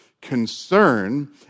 concern